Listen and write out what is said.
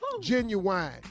Genuine